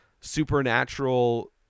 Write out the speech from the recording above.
supernatural